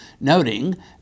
noting